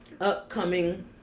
upcoming